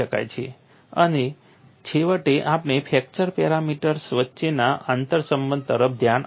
અને છેવટે આપણે ફ્રેક્ચર પેરામીટર્સ વચ્ચેના આંતરસંબંધ તરફ ધ્યાન આપ્યું હતું